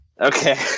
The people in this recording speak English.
Okay